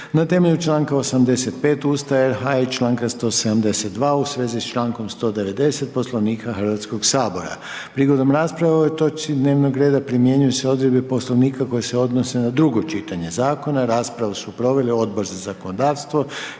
na temelju članka 85. Ustava RH i članka 172. u svezi sa člankom 190. Poslovnika Hrvatskoga sabora. Prigodom rasprave o ovoj točci dnevnog reda primjenjuju se odredbe Poslovnika koje se odnose na drugo čitanje zakona. Raspravu su proveli Odbor za zakonodavstvo